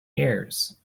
years